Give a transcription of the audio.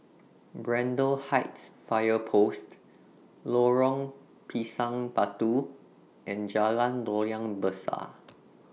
Braddell Heights Fire Post Lorong Pisang Batu and Jalan Loyang Besar